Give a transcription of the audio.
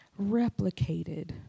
replicated